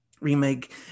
remake